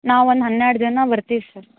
ನಾವೊಂದು ಹನ್ನೆರಡು ಜನ ಬರ್ತೀವಿ ಸರ್